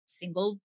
single